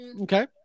Okay